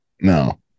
No